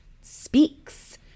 speaks